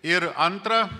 ir antra